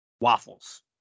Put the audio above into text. waffles